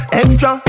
extra